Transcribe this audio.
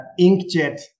inkjet